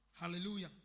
Hallelujah